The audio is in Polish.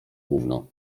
gówno